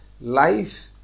life